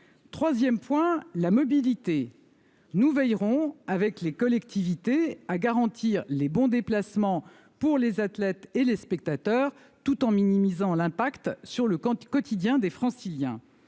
troisième point est la mobilité. Nous veillerons, avec les collectivités, à garantir le bon déplacement des athlètes et des spectateurs, tout en minimisant leurs conséquences sur le quotidien des Franciliens.